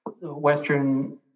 Western